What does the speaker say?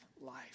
life